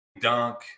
dunk